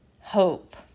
hope